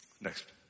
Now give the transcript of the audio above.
Next